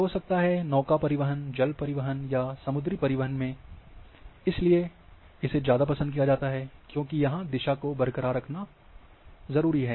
तो हो सकता है नौ परिवहन जल परिवहन या समुद्री परिवहन में इसे इसलिए ज़्यादा पसंद किया जाता क्योंकि यहाँ दिशा को बरक़रार रखना चाहते हैं